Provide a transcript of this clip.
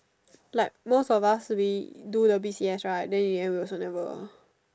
like most of us we do the b_c_s right but in the end we also never